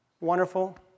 wonderful